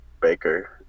Baker